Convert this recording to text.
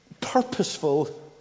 purposeful